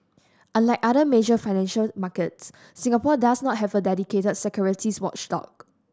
unlike other major financial markets Singapore does not have a dedicated securities watchdog